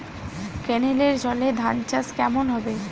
কেনেলের জলে ধানচাষ কেমন হবে?